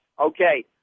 Okay